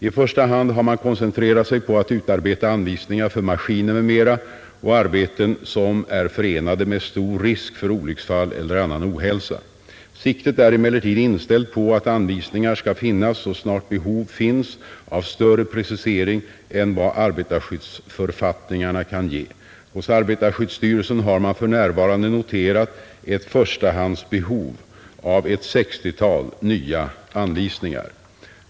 I första hand har man koncentrerat sig på att utarbeta anvisningar för maskiner m.m. och arbeten som är förenade med stor risk för olycksfall eller annan ohälsa. Siktet är emellertid inställt på att anvisningar skall finnas så snart behov finns av större precisering än vad arbetarskyddsförfattningarna kan ge. Hos arbetarskyddsstyrelsen har man för närvarande noterat ett förstahandsbehov av ett sextiotal nya anvisningar.